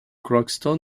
crockston